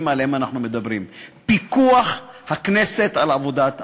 שעליהם אנחנו מדברים: פיקוח הכנסת על עבודת הממשלה.